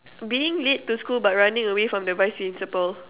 being late to school but running away from the vice principal